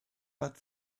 but